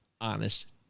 honest